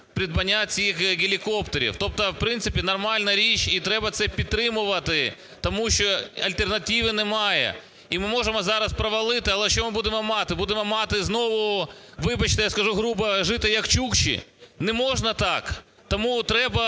придбання цих гелікоптерів. Тобто в принципі нормальна річ, і треба це підтримувати, тому що альтернативи немає. І ми можемо зараз провалити, але що ми будемо мати? Будемо мати знову, вибачте, я скажу грубо, жити, як чукчі? Не можна так. Тому треба,